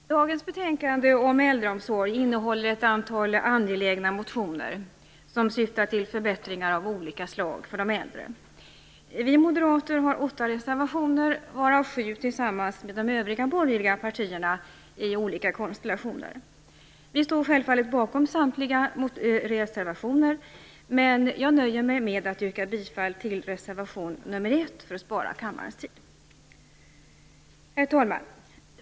Herr talman! Dagens betänkande om äldreomsorg innehåller ett antal angelägna motioner som syftar till förbättringar av olika slag för de äldre. Vi moderater har åtta reservationer varav sju tillsammans med de övriga borgerliga partierna i olika konstellationer. Vi står självfallet bakom samtliga reservationer, men jag nöjer mig med att yrka bifall till reservation nr 1 för att spara kammarens tid. Herr talman!